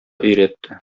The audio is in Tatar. өйрәтте